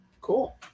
cool